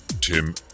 Tim